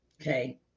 Okay